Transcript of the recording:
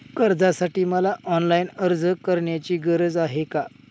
कर्जासाठी मला ऑनलाईन अर्ज करण्याची गरज आहे का?